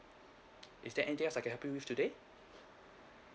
is there anything else I can help you with today